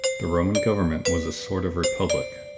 the roman government was a sort of republic,